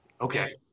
Okay